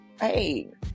hey